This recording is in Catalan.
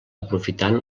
aprofitant